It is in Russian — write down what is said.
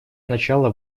начала